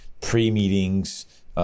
pre-meetings